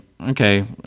okay